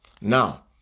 Now